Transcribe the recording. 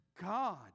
God